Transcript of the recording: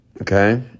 Okay